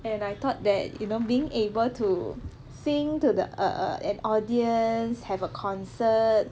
and I thought that you know being able to sing to the err err an audience have a concert